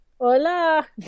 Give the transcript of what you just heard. Hola